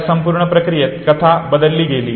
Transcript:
या संपूर्ण प्रक्रियेत कथा बदलली गेली